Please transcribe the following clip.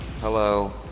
Hello